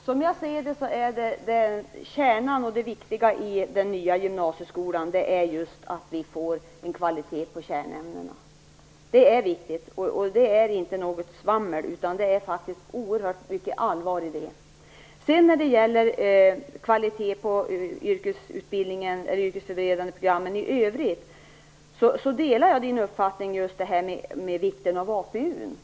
Herr talman! Som jag ser det är det viktiga i den nya gymnasieskolan att vi får kvalitet i kärnämnena. Det är inte något svammel, utan det är oerhört mycket allvar i detta. När det sedan kvaliteten i de yrkesförberedande programmen i övrigt delar jag Ulf Melins uppfattning om vikten av APU.